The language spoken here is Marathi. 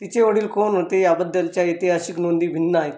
तिचे वडील कोण होते याबद्दलच्या ऐतिहासिक नोंदी भिन्न आहेत